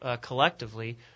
collectively –